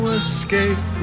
escape